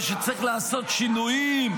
ושצריך לעשות שינויים,